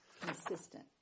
Consistent